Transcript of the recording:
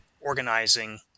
organizing